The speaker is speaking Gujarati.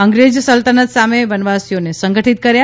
અંગ્રેજ સલ્તનત સામે વનવાસીઓને સંગઠિત કર્યા